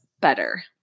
better